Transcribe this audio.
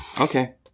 Okay